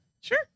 Sure